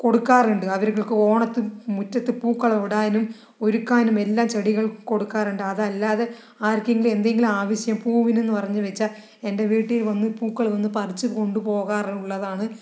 കൊടുക്കാറുണ്ട് അവർക്ക് ഓണത്തിന് മുറ്റത്ത് പൂക്കളം ഇടാനും ഒരുക്കാനും എല്ലാം ചെടികൾക്ക് കൊടുക്കാറുണ്ട് അതല്ലാതെ ആർക്കെങ്കിലും എന്തെങ്കിലും ആവശ്യം പൂവിനെന്ന് പറഞ്ഞ് വച്ചാൽ എൻ്റെ വീട്ടിൽ വന്ന് പൂക്കള് വന്ന് പറിച്ച് കൊണ്ട് പോകാറുള്ളതാണ്